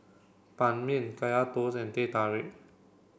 Ban Mian Kaya Toast and Teh Tarik